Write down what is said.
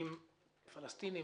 גורמים פלסטיניים